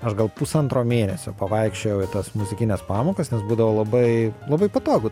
aš gal pusantro mėnesio pavaikščiojau į tas muzikines pamokas nes būdavo labai labai patogu